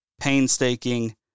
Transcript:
painstaking